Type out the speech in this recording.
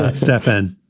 like stefan,